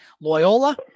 Loyola